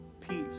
peace